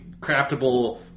craftable